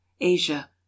asia